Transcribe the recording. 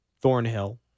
Thornhill